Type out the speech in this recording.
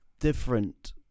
different